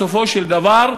בסופו של דבר,